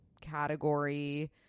category